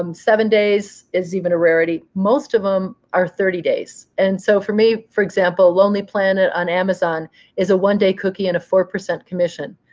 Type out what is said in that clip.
um seven days is even a rarity. most of them are thirty days and so for me, for example, lonely planet on amazon is a one-day cookie and a four percent commission.